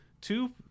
two